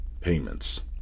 payments